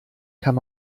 kann